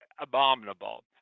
abominable